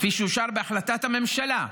כפי שאושר בהחלטת הממשלה,